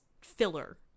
filler